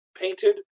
painted